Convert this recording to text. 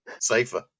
safer